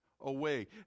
away